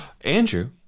Andrew